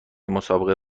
مسابقه